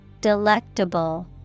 Delectable